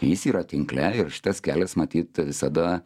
jis yra tinkle ir šitas kelias matyt visada